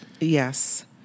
Yes